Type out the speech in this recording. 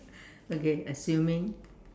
okay assuming